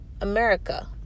America